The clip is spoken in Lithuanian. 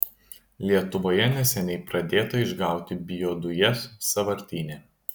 lietuvoje neseniai pradėta išgauti biodujas sąvartyne